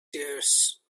tears